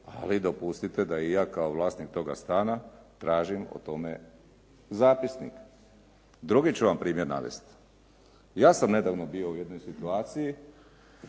ali dopustite da i ja kao vlasnik toga stana tražim o tome zapisnik. Drugi ću vam primjer navesti. Ja sam nedavno bio u situaciji